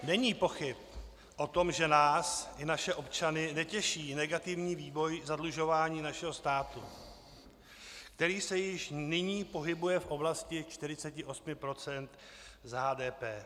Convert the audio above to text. Není pochyb o tom, že nás i naše občany netěší negativní vývoj zadlužování našeho státu, který se již nyní pohybuje v oblasti 48 % HDP.